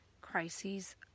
crises